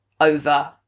over